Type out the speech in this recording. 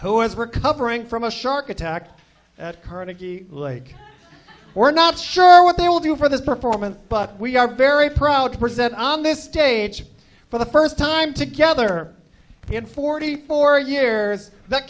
right recovering from a shark attack at carnegie like we're not sure what they will do for this performance but we are very proud to present on this stage for the first time together in forty four years that